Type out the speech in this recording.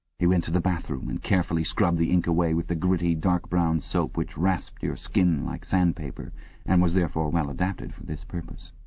he went to the bathroom and carefully scrubbed the ink away with the gritty dark-brown soap which rasped your skin like sandpaper and was therefore well adapted for this purpose.